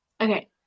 Okay